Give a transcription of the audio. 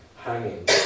hanging